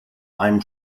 einem